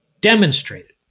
demonstrated